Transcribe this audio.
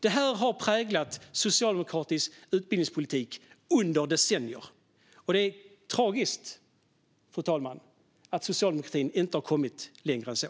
Detta har präglat socialdemokratisk utbildningspolitik under decennier. Det är tragiskt, fru talman, att socialdemokratin inte har kommit längre än så.